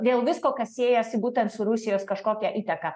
dėl visko kas siejasi būtent su rusijos kažkokia įtaka